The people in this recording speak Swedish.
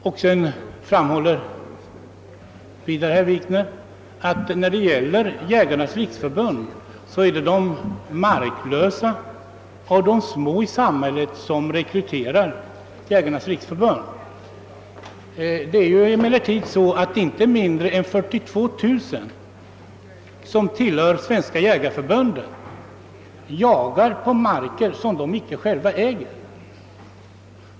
Vidare framhöll herr Wikner, att Jägarnas riksförbund rekryteras bland de marklösa och de små i samhället. Det är emellertid så att inte mindre än 42 000 personer, som tillhör Svenska jägareförbundet, jagar på marker som de inte själva äger.